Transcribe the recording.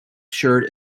shirt